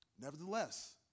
Nevertheless